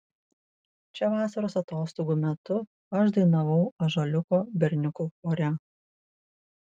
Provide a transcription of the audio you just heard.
čia vasaros atostogų metu aš dainavau ąžuoliuko berniukų chore